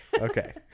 okay